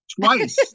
Twice